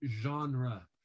genre